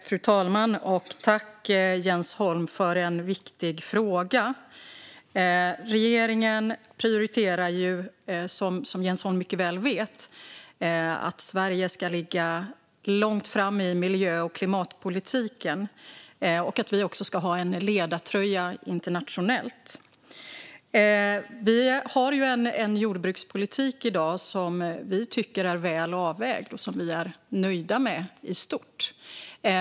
Fru talman! Tack, Jens Holm, för en viktig fråga! Regeringen prioriterar, som Jens Holm mycket väl vet, att Sverige ska ligga långt fram i miljö och klimatpolitiken och att vi också ska ha en ledartröja internationellt. Vi har i dag en jordbrukspolitik som vi tycker är väl avvägd och som vi är nöjda med i stort.